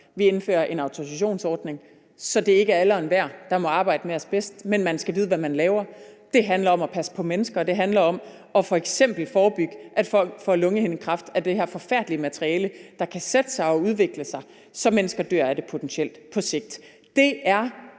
Vi indfører en autorisationsordning, så det ikke er alle og enhver, der må arbejde med asbest, men man skal vide, hvad man laver. Det handler om at passe på mennesker, og det handler om f.eks. at forebygge, at folk får lungehindekræft af det her forfærdelige materiale, der kan sætte sig og udvikle sig, så mennesker potentielt dør af det på sigt. Det er